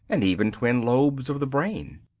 and even twin lobes of the brain.